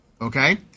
Okay